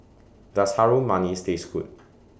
Does Harum Manis Taste Good